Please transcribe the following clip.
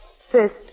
First